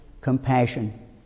compassion